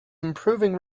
improving